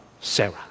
Sarah